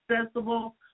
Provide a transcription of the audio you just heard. accessible